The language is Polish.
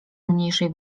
mniejszej